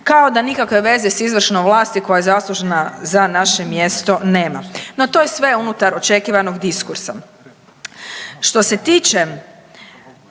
kao da nikakve veze s izvršnom vlasti koja je zaslužna za naše mjesto nema. No to je sve unutar očekivanog diskursa. Što se tiče